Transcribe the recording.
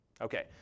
Okay